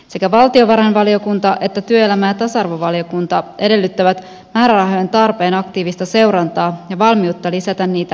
sekä valtiovarainvaliokunta että työelämä ja tasa arvovaliokunta edellyttävät määrärahojen tarpeen aktiivista seurantaa ja valmiutta lisätä niitä nopeallakin aikataululla